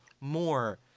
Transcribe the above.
more